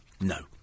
No